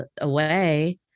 away